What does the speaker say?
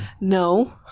No